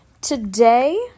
Today